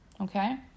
okay